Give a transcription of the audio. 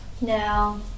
No